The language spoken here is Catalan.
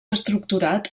estructurat